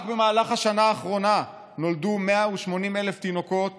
רק במהלך השנה האחרונה נולדו 180,000 תינוקות